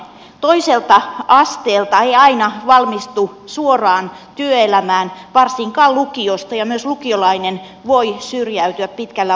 toiselta asteelta ei aina valmistu suoraan työelämään varsinkaan lukiosta ja myös lukiolainen voi syrjäytyä pitkällä odotusjaksolla